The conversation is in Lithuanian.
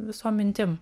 visom mintim